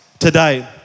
today